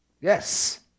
Yes